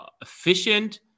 efficient